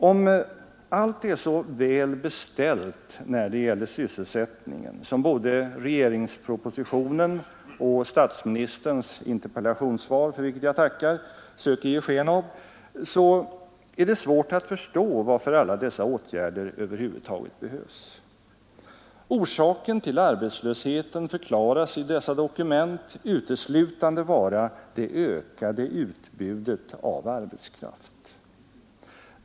Om allt är så väl beställt när det gäller s regeringspropositionen och statsministerns interpellationssvar — för vilket jag tackar — söker ge sken av, är det svårt att förstå varför alla dessa åtgärder över huvud taget behövs. Orsaken till arbetslösheten förklaras i dessa dokument uteslutande vara det ökade utbudet av arbetskraft.